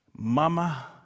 Mama